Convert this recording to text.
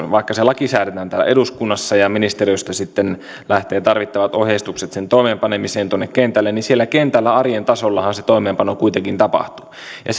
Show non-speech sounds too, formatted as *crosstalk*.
*unintelligible* vaikka se laki säädetään täällä eduskunnassa ja ministeriöstä sitten lähtee tarvittavat ohjeistukset sen toimeenpanemiseksi tuonne kentälle niin siellä kentällä arjen tasollahan se toimeenpano kuitenkin loppujen lopuksi tapahtuu ja *unintelligible*